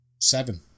seven